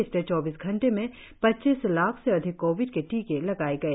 पिछले चौबीस घंटे में पच्चीस लाख से अधिक कोविड के टीके लगाए गए